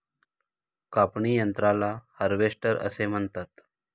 कापणी यंत्राला हार्वेस्टर असे म्हणतात